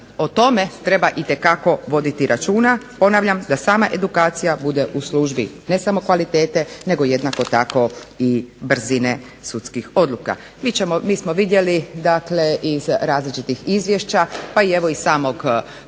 o tome treba itekako voditi računa, ponavljam da sama edukacija bude u službi ne samo kvalitete nego jednako tako i brzine sudskih odluka. Mi smo vidjeli dakle iz različitih izvješća pa evo i samog prijedloga